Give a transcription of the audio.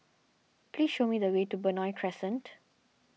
please show me the way to Benoi Crescent